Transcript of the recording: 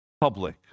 public